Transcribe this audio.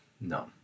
No